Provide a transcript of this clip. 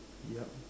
yup